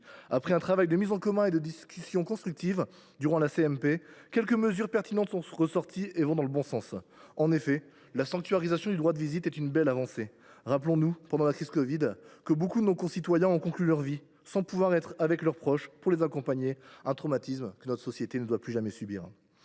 Après un travail de mise en commun et de discussions constructives pendant la commission mixte paritaire, quelques mesures pertinentes sont ressorties et vont dans le bon sens. En effet, la sanctuarisation du droit de visite est une belle avancée. Rappelons que, pendant la crise de la covid, nombre de nos concitoyens ont conclu leur vie sans pouvoir être accompagnés par leurs proches, un traumatisme que notre société ne doit plus jamais subir.